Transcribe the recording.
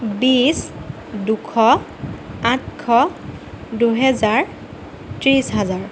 বিছ দুশ আঠশ দুহেজাৰ ত্ৰিশ হাজাৰ